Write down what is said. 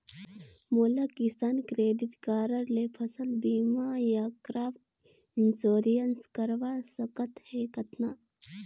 मोला किसान credit card ले फसल बीमा या क्रॉप इंश्योरेंस करवा सकथ हे कतना?